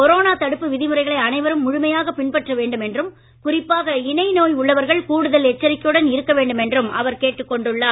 corona தடுப்பு விதிமுறைகளை அனைவரும் முழுமையாக பின்பற்ற வேண்டும் என்றும் குறிப்பாக இணை நோய் உள்ளவர்கள் கூடுதல் எச்சரிக்கையுடன் இருக்க வேண்டும் என்றும் அவர் கேட்டுக்கொண்டுள்ளார்